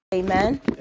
Amen